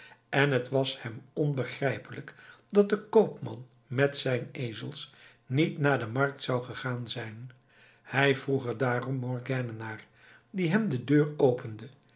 en het was hem onbegrijpelijk dat de koopman met zijn ezels niet naar de markt zou gegaan zijn hij vroeg er daarom morgiane naar die hem de deur opende